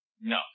No